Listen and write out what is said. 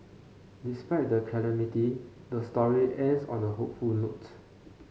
despite the calamity the story ends on a hopeful note